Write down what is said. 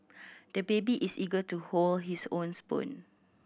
the baby is eager to hold his own spoon